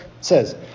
says